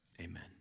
amen